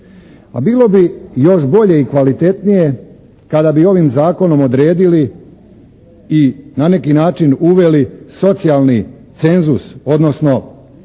a bilo bi još bolje i kvalitetnije kada bi ovim Zakonom odredili i na neki način uveli socijalni cenzus, odnosno Zakonom